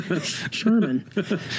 Sherman